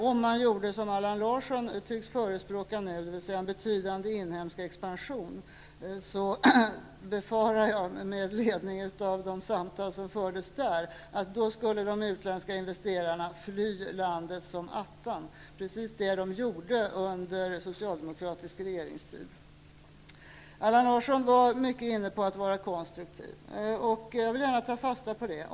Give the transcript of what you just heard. Om vi gjorde som Allan Larsson tycks förespråka nu, dvs. stimulerade till en betydande inhemsk expansion, befarar jag, med ledning av de samtal som jag förde i London, att de utländska investerarna skulle fly landet som attan. Det var precis det de gjorde under den socialdemokratiska regeringstiden. Allan Larsson var mycket inne på att vara konstruktiv, och jag vill gärna ta fasta på det.